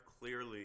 clearly